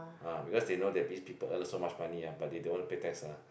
ah because they know that these people earn so much money ah but they don't want pay tax ah